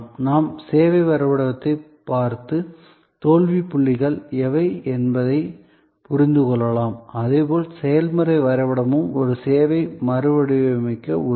நாம் சேவை வரைபடத்தைப் பார்த்து தோல்விப் புள்ளிகள் எவை என்பதைப் புரிந்துகொள்ளலாம் அதேபோல் செயல்முறை வரைபடமும் ஒரு சேவையை மறுவடிவமைக்க உதவும்